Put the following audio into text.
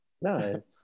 No